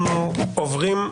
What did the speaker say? שנייה.